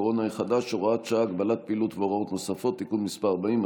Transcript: הקורונה החדש (הוראת שעה) (הגבלת פעילות והוראות נוספות) (תיקון מס' 40),